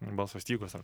balso stygos ar